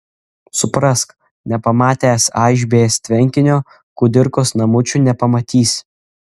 suprask nepamatęs aišbės tvenkinio kudirkos namučių nepamatysi